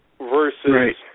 versus